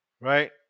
right